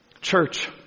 Church